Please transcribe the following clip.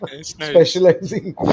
specializing